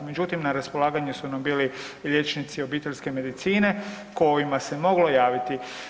Međutim, na raspolaganju su nam bili i liječnici obiteljske medicine kojima se moglo javiti.